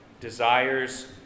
desires